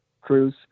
cruise